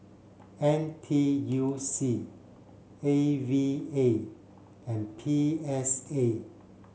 N T U C A V A and P S A